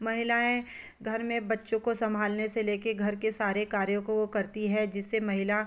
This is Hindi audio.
महिलाएं घर में बच्चों को संभालने से ले कर घर के सारे कार्यों को करती है जिससे महिला